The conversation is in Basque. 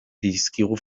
dizkigu